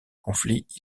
conflit